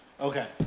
okay